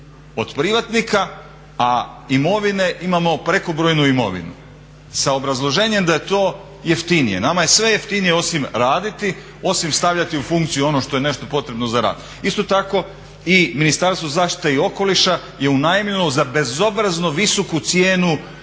od privatnika a imovine imamo prekobrojnu imovinu sa obrazloženjem da je to jeftinije. Nama je sve jeftinije osim raditi, osim stavljati u funkciju ono što je nešto potrebno za rad. Isto tako i Ministarstvo zaštite i okoliša je unajmilo za bezobrazno visoku cijenu